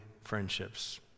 friendships